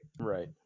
right